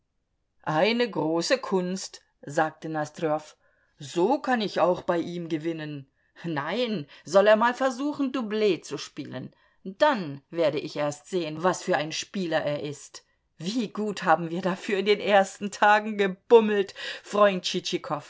eine große kunst sagte nosdrjow so kann auch ich bei ihm gewinnen nein soll er mal versuchen doublet zu spielen dann werde ich erst sehen was für ein spieler er ist wie gut haben wir dafür in den ersten tagen gebummelt freund